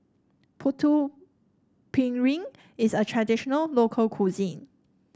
Putu Piring is a traditional local cuisine